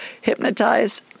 hypnotize